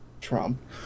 Trump